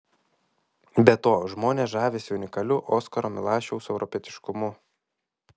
be to žmonės žavisi unikaliu oskaro milašiaus europietiškumu